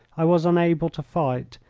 i was unable to fight,